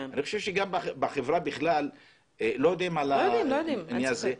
אני חושב שגם בחברה בכלל לא יודעים על העניין הזה.